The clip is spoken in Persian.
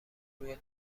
روی